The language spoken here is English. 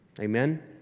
Amen